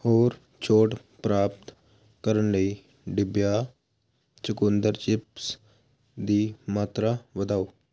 ਹੋਰ ਛੋਟ ਪ੍ਰਾਪਤ ਕਰਨ ਲਈ ਡਿਬਿਹਾ ਚੁਕੰਦਰ ਚਿਪਸ ਦੀ ਮਾਤਰਾ ਵਧਾਓ